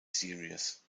series